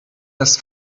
das